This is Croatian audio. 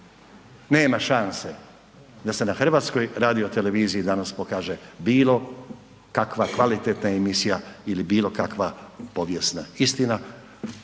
Nema šanse da se na HRT-u pokaže bilo kakva kvalitetna emisija ili bilo kakva povijesna istina.